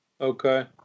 okay